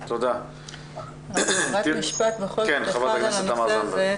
רק משפט בכל זאת בנושא הזה.